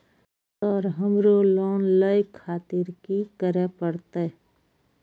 Sir हमरो loan ले खातिर की करें परतें?